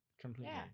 Completely